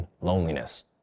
loneliness